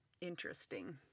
Interesting